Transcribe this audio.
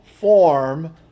form